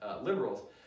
liberals